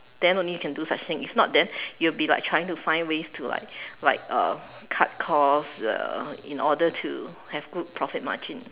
then only you can do such thing if not then you'll be like trying to find ways to like like uh cut cost uh in order to have good profit margin